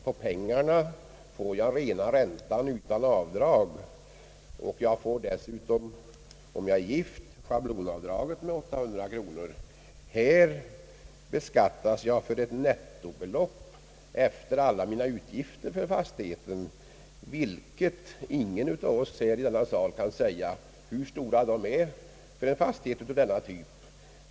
På pengar i bank eller i obligationer får jag räntan utan avdrag och dessutom, om jag är gift, schablonavdraget med 800 kronor — här beskattas jag för ett nettobelopp efter alla mina utgifter för fastigheten. Och ingen av oss i denna sal kan säga hur stora utgifterna för en fastighet av denna typ blir.